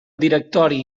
directori